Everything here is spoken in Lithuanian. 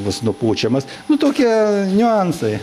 bus nupučiamas nu tokie niuansai